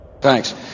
Thanks